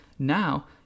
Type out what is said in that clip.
Now